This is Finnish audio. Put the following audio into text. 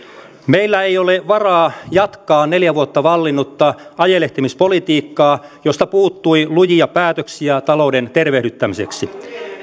meillä ei ole varaa jatkaa neljä vuotta vallinnutta ajelehtimispolitiikkaa josta puuttui lujia päätöksiä talouden tervehdyttämiseksi